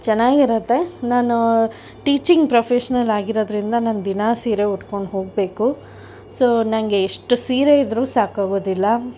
ಚೆನ್ನಾಗಿ ಇರುತ್ತೆ ನಾನು ಟೀಚಿಂಗ್ ಪ್ರೊಫೆಷ್ನಲ್ ಆಗಿರೋದರಿಂದ ನಾನು ದಿನಾ ಸೀರೆ ಉಟ್ಕೊಂಡು ಹೋಗಬೇಕು ಸೊ ನನಗೆ ಎಷ್ಟು ಸೀರೆ ಇದ್ದರು ಸಾಕಾಗೋದಿಲ್ಲ